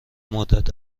مدت